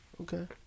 Okay